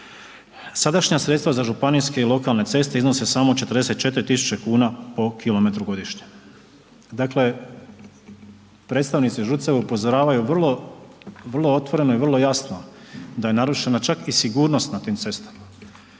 Sadašnja sredstva za županijske i lokalne ceste iznose samo 44 000 po kilometru godišnje. Dakle predstavnici ŽUC-eva upozoravaju vrlo otvoreno i vrlo jasno da je narušena čak i sigurnost na tim cestama.